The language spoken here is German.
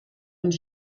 und